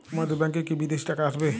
আমার ব্যংকে কি বিদেশি টাকা আসবে?